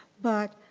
but